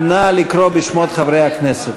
נא לקרוא בשמות חברי הכנסת.